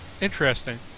interesting